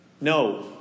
No